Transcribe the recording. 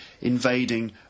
invading